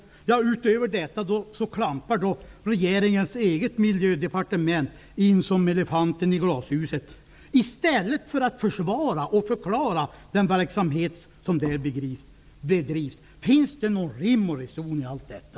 Men här klampar regeringens eget Miljödepartement in som elefanten i glashuset i stället för att försvara och förklara den verksamhet som bedrivs! Finns det någon rim och reson i allt detta?